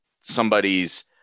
somebody's